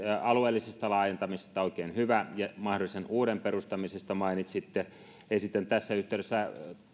alueellisesta laajentamisesta oikein hyvä ja mahdollisen uuden perustamisesta mainitsitte esitän tässä yhteydessä